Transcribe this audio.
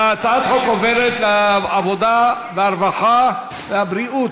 שהצעת החוק עוברת לוועדת העבודה, הרווחה והבריאות.